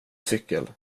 cykel